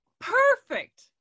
Perfect